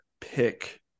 pick